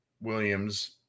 Williams